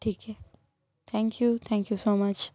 ठीक आहे thank you thank you so much